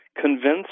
convince